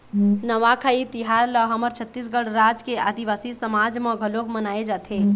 नवाखाई तिहार ल हमर छत्तीसगढ़ राज के आदिवासी समाज म घलोक मनाए जाथे